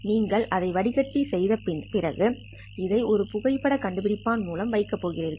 நீங்கள் அதை வடிகட்டி செய்த பிறகு இதை ஒரு புகைப்படக் கண்டுபிடிப்பான் மூலம் வைக்கப் போகிறீர்கள்